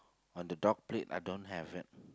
on the dog plate I don't have that